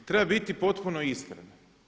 Treba biti potpuno iskren.